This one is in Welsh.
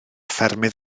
ffermydd